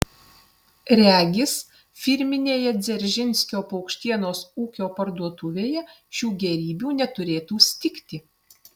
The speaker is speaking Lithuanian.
regis firminėje dzeržinskio paukštienos ūkio parduotuvėje šių gėrybių neturėtų stigti